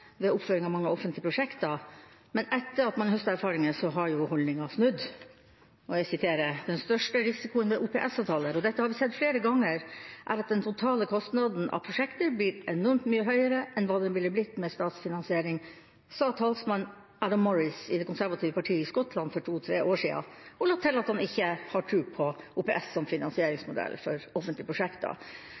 ved oppføring av mange offentlige prosjekter, men etter at man har høstet erfaringer, har holdninga snudd: «Den største risikoen ved OPS-avtaler, og dette har vi sett flere ganger, er at den totale kostnaden av prosjektet blir enormt mye høyere enn hva den ville blitt med statsfinansiering», sa talsmann Adam Morris i det konservative partiet i Skottland for to–tre år siden, og la til at han ikke «har tro på OPS som finansieringsmodell for offentlige prosjekter.»